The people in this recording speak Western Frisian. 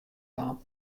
kaam